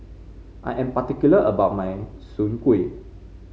I am particular about my Soon Kway